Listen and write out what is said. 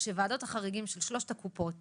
שוועדות החריגים של ארבע הקופות